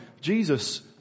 Jesus